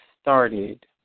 started